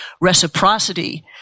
reciprocity